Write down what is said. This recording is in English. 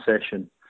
session